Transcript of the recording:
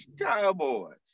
Cowboys